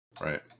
right